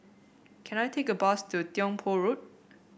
can I take a bus to Tiong Poh Road